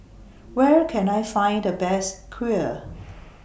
Where Can I Find The Best Kheer